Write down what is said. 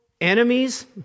enemies